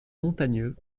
montagneux